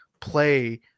play